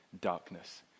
darkness